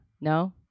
No